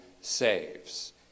saves